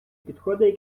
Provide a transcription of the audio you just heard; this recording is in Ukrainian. підходи